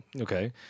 okay